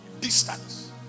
Distance